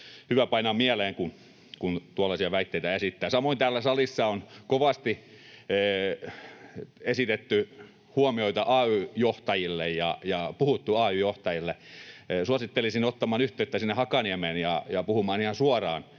on hyvä painaa mieleen, kun tuollaisia väitteitä esittää. Samoin täällä salissa on kovasti esitetty huomioita ay-johtajille ja puhuttu ay-johtajille. Suosittelisin ottamaan yhteyttä sinne Hakaniemeen ja puhumaan ihan suoraan